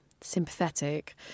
sympathetic